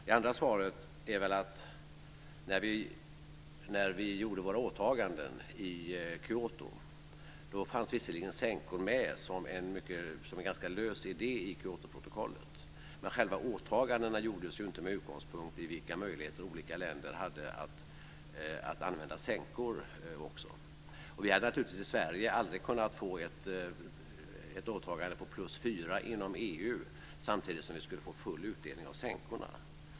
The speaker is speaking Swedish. Det andra svaret är att när vi gjorde våra åtaganden i Kyoto fanns visserligen sänkor med som en ganska lös idé i Kyotoprotokollet, men själva åtagandena gjordes inte med utgångspunkt i vilka möjligheter olika länder hade att också använda sänkor. Vi i Sverige hade naturligtvis aldrig kunnat få ett åtagande på plus fyra inom EU samtidigt som vi hade fått full utdelning av sänkorna.